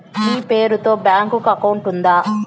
మీ పేరు తో bank account ఉందా?